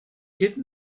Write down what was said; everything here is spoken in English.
give